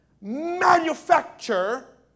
manufacture